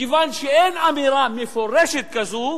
מכיוון שאין אמירה מפורשת כזאת,